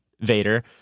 Vader